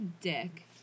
dick